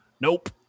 nope